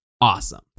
awesome